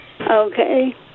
Okay